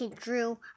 Drew